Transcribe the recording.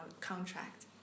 contract